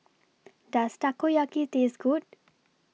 Does Takoyaki Taste Good